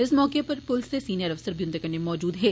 इस मौके उप्पर पुलस दे सिनियर अफसर बी उन्दे कन्नै मजूद हे